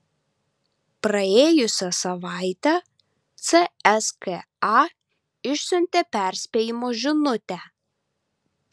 praėjusią savaitę cska išsiuntė perspėjimo žinutę